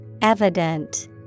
Evident